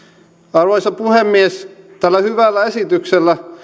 arvoisa puhemies tällä hyvällä esityksellä